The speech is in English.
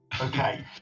Okay